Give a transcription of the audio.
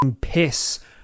piss